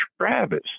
Travis